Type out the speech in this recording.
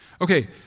Okay